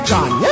John